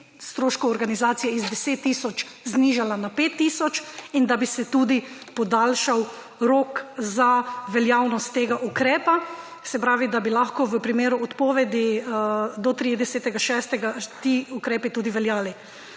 stroškov organizacije iz 10 tisoč znižala na 5 tisoč in da bi se tudi podaljšal rok za veljavnost tega ukrepa, se pravi, da bi lahko v primeru odpovedi do 30. 6. ti ukrepi tudi veljali.